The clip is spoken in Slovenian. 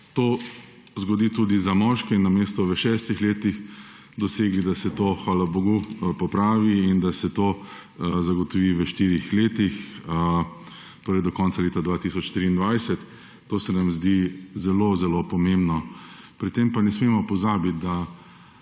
to zgodi tudi za moške. In namesto v šestih letih dosegli, hvala bogu, da se to popravi in da se to zagotovi v štirih letih, torej do konca leta 2024. To se nam zdi zelo zelo pomembno. Pri tem pa ne smemo pozabiti, da